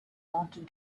wanted